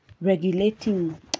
regulating